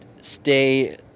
stay